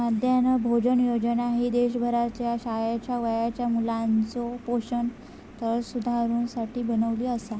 मध्यान्ह भोजन योजना ही देशभरातल्या शाळेच्या वयाच्या मुलाचो पोषण स्तर सुधारुसाठी बनवली आसा